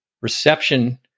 reception